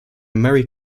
mary